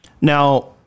Now